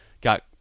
got